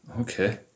okay